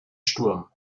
sturm